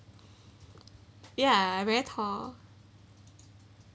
ya very tall